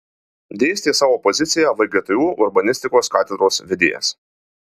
dėstė savo poziciją vgtu urbanistikos katedros vedėjas